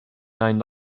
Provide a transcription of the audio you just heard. nine